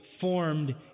formed